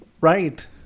Right